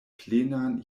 plenan